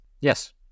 Yes